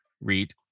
read